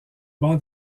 bon